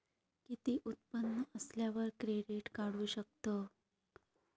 किती उत्पन्न असल्यावर क्रेडीट काढू शकतव?